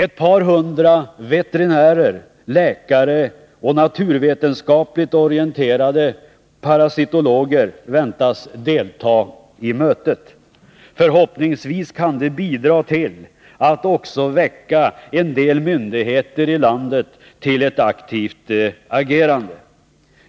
Ett par hundra veterinärer, läkare och naturvetenskapligt orienterade parasitologer väntas delta i mötet. Förhoppningsvis kan det bidra till att också väcka en del myndigheter i landet till ett aktivt agerande.